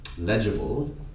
legible